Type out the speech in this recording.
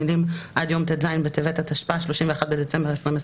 המילים "עד יום ט"ז בטבת התשפ"א (31 בדצמבר 2020)"